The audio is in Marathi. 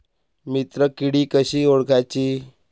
मित्र किडी कशी ओळखाची?